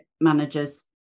managers